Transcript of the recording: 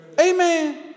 amen